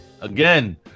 again